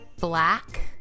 black